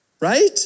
right